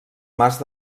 mas